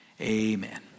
Amen